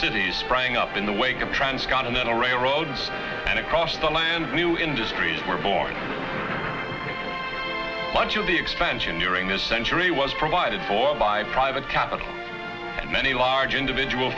cities sprang up in the wake of transcontinental railroads and across the land new industries were born bunch of the expansion during this century was provided for by private capital and many large individual